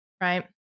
Right